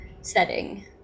setting